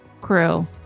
crew